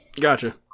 Gotcha